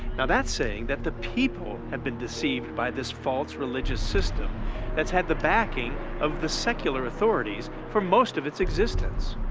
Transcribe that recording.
now that's saying that the people have been deceived by this false religious system that's had the backing of secular authorities for most of its existence.